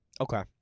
Okay